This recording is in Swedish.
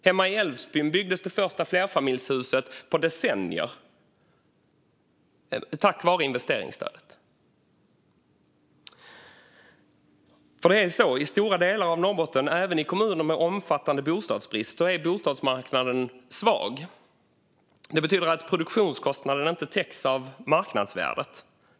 Hemma i Älvsbyn byggdes det första flerfamiljshuset på decennier tack vare investeringsstödet. I stora delar av Norrbotten är det nämligen så, även i kommuner med omfattande bostadsbrist, att bostadsmarknaden är svag. Det betyder att produktionskostnaden inte täcks av marknadsvärdet.